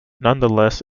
nonetheless